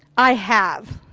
i have.